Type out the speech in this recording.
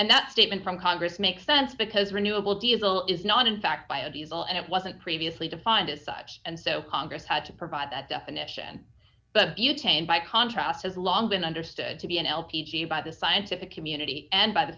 and that statement from congress makes sense because renewable diesel is not in fact bio diesel and it wasn't previously defined as such and so congress had to provide that definition but butane by contrast has long been understood to be l p g by the scientific community and by the